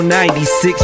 96